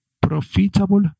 profitable